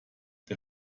der